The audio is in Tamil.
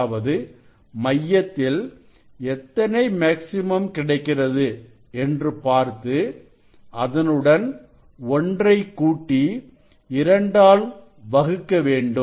அதாவது மையத்தில் எத்தனை மேக்ஸிமம் கிடைக்கிறது என்று பார்த்து அதனுடன் ஒன்றைக் கூட்டி இரண்டால் வகுக்க வேண்டும்